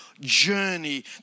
journey